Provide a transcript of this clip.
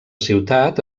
ciutat